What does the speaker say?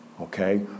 Okay